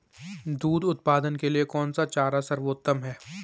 दूध उत्पादन के लिए कौन सा चारा सर्वोत्तम है?